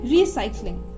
Recycling